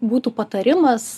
būtų patarimas